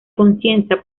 conciencia